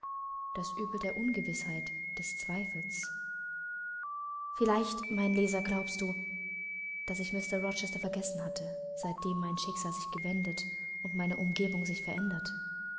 das übel der ungewißheit des zweifels vielleicht mein leser glaubst du daß ich mr rochester vergessen hatte seitdem mein schicksal sich gewendet und meine umgebung sich verändert